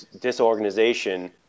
disorganization